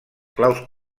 claus